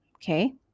Okay